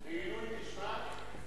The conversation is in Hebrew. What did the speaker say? לעילוי נשמת,